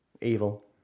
evil